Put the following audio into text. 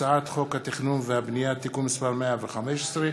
הצעת חוק התכנון והבנייה (תיקון מס' 115),